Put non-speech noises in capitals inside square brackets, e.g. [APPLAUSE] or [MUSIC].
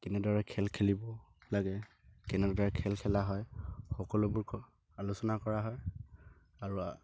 কেনেদৰে খেল খেলিব লাগে কেনেদৰে খেল খেলা হয় সকলোবোৰ [UNINTELLIGIBLE] আলোচনা কৰা হয় আৰু